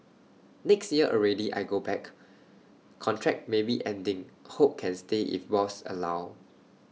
next year already I go back contract maybe ending hope can stay if boss allow